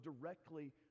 directly